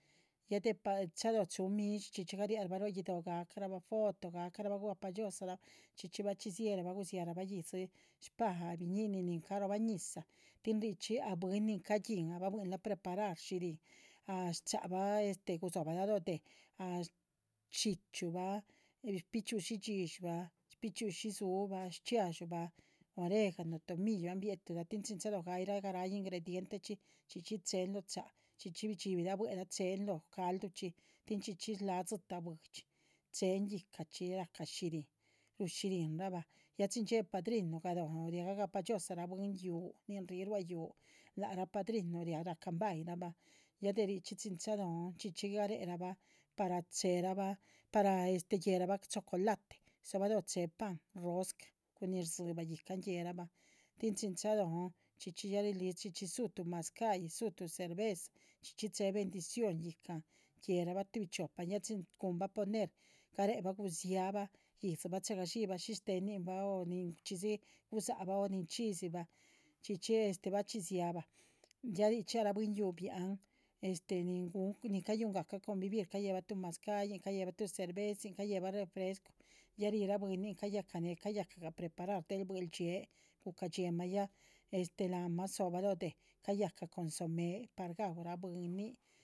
Ya de pal chalóho chúhu midshi chxí chxí gariah rabah ruá guido´ gahcarabah foto gacahrabah gugah pah dhxiózaa rabah chxi chxí. bachxí dziérabah gudziara bah yíhdzi shpáha biñinin nin caroh bah ñizah tin richxí ah bwín nin caguihin ah bah bwín la preparar shihrín ah shcháhabah este. gudzóhobalah lóho déh ah shdxíchyubah, eh bichxi´ushi dxídshi bah bichxi´ushi dzúu ah shchxiadxúbah oregano tomillo ah biéhetuhlah tin chin chalóho gayih rah. garah ingredientechxí chxí chxí chéhen lóho cháha chxí chxí bidxíbirah buehla chéhen lóho calduchxí tin chxí chxí shláha dzitáh buidxi chéhen yíhca chxí. shihrín rushihrín rah bah, ya chin dxiéeh padrinu galóho riaga gahpa dxioozaraa bwín yúhu nin ríh ruá yúhu lac ra padrinuhraa riáh rahcan ba´yih rabah ya de richxí chin. chalóhon chxí chxí garéherabah para chéherabah para este guéherabah chocolate dzobalóho chéhe pan rosca cun nin rdzíbah yíhcan guéherabah tin chin chalóhon. chxí chxí ya rih listrurah chxí chxí dzúhun tuh mazcáhyi, dzúhu tuh cerveza chxí chxí chéhe bendición yíhcahan guéherabah tuhbi chxiopan ya chin guhunbah poner. garehe bah gudziabah yíhdzibah chéhe gadxíbah shish téhenin bah o nin chxí dzi gudzáhabah o nin chxídzibah chxí chxí este bachxí dziábah ya richxí lac rah bwín yúhu. biáhan este nin gúhun nin cayuhngahca convivir cayehbah tuh mazcáhyi, cayéhebah tuh cervezin, cayéhebah tuh refrescu ya rihira bwínin caya cah neh cayacagah preparar buehldxiée. guca dxíeemah ya este láhan mah dzóbah lóho déh, cayahcah consomé par gaúrah bwínin.